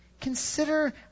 Consider